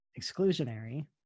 exclusionary